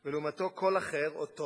ולעומתו קול אחר, או טון,